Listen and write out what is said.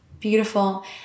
Beautiful